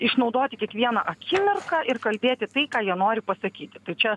išnaudoti kiekvieną akimirką ir kalbėti tai ką jie nori pasakyti tai čia